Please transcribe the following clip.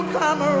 come